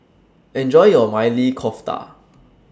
Enjoy your Maili Kofta